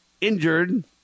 injured